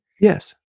Yes